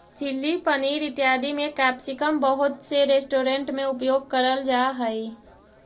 chilli paneer इत्यादि में capsicum बहुत से रेस्टोरेंट में उपयोग करल जा हई